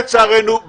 לצערנו,